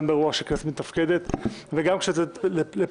באירוע של כנסת מתפקד וגם כשהיא יוצאת לפגרה.